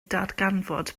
darganfod